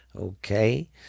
Okay